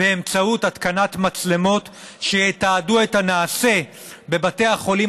באמצעות התקנת מצלמות שיתעדו את הנעשה בבתי החולים